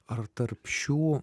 ar tarp šių